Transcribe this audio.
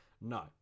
No